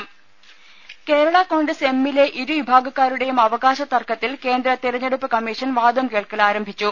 ദേദ കേരളാ കോൺഗ്രസ് എമ്മിലെ ഇരുവിഭാഗക്കാരുടെയും അവകാശതർക്കത്തിൽ കേന്ദ്ര തിരഞ്ഞെടുപ്പ് കമ്മീഷൻ വാദം കേൾക്കൽ ആരംഭിച്ചു